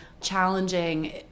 challenging